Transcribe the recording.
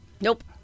Nope